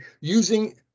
using